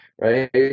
right